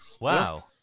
Wow